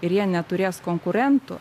ir jie neturės konkurentų